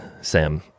sam